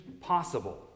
possible